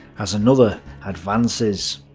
as another advances.